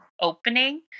opening